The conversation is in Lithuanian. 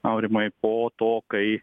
aurimai po to kai